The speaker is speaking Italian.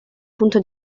punto